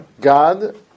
God